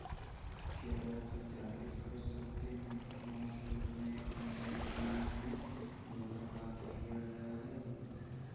क्या आप सत्यापित कर सकते हैं कि पाँच सौ रुपये अभी मेरे फोन में द्वारा प्राप्त किया गया है